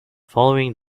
following